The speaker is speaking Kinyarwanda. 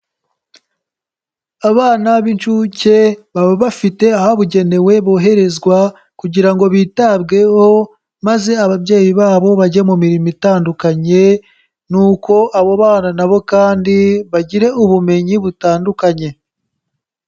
Abana b'incuke baba bafite ahabugenewe boherezwa kugira ngo bitabweho, maze ababyeyi babo bajye mu mirimo itandukanye, nuko abo bana nabo kandi bagire ubumenyi butandukanye.